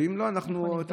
ואם לא, אנחנו נבדוק.